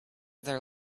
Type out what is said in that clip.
there